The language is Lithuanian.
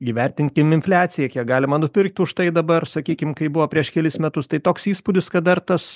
įvertinkim infliaciją kiek galima nupirkti už tai dabar sakykim kaip buvo prieš kelis metus tai toks įspūdis kad dar tas